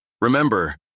Remember